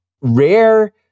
rare